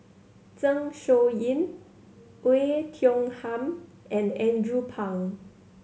Zeng Shouyin Oei Tiong Ham and Andrew Phang